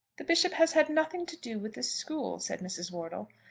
the bishop has had nothing to do with the school, said mrs. wortle.